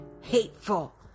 hateful